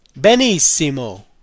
Benissimo